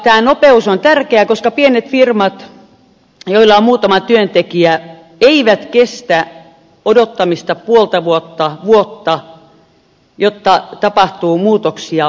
tämä nopeus on tärkeää koska pienet firmat joilla on muutama työntekijä eivät kestä odottamista puolta vuotta vuotta jotta tapahtuu muutoksia